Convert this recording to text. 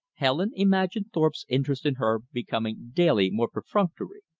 helen imagined thorpe's interest in her becoming daily more perfunctory.